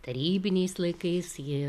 tarybiniais laikais ji